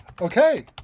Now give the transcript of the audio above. Okay